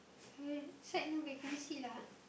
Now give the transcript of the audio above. her side no vacancy lah